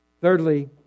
Thirdly